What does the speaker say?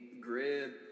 grid